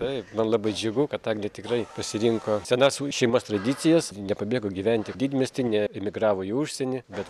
taip man labai džiugu kad agnė tikrai pasirinko senas šeimos tradicijas nepabėgo gyventi didmiesty ne emigravo į užsienį bet